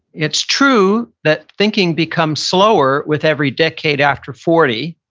it's true that thinking becomes slower with every decade after forty,